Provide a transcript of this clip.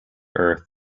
earth